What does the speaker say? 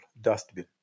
dustbin